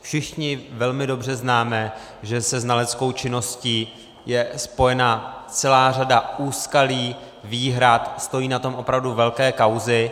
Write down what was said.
Všichni velmi dobře známe, že se znaleckou činností je spojena celá řada úskalí, výhrad, stojí na tom opravdu velké kauzy.